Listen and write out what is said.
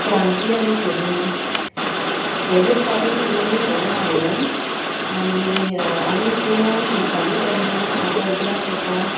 क्रांती आनी पुर्णिमा पयलेच पावटी तुमी गोंयां आयल्यांत आनी आमी पुना शिंकतालीं तेन्ना म्हाका उगडास आसा